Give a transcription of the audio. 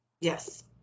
Yes